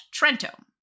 Trento